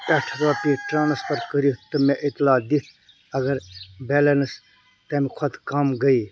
پٮ۪ٹھ رۄپیہِ ٹرٛانسفر کٔرِتھ تہٕ مےٚ اطلاع دِتھ اگر بیلنٕس تَمہِ کھۄتہٕ کم گٔے